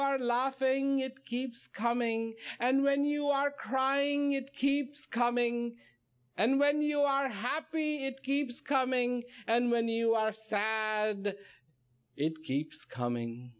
are laughing it keeps coming and when you are crying it keeps coming and when you are happy it keeps coming and when you are sad and it keeps coming